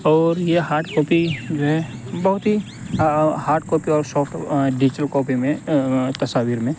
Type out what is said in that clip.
اور یہ hard copy جو ہے بہت ہی ہارڈ کاپی اور شافٹ ڈیجیٹل کاپی میں تصاویر میں